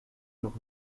nog